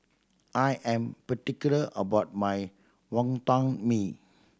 I am particular about my Wonton Mee